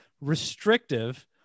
restrictive